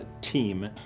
team